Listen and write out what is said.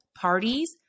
parties